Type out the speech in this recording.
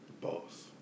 Boss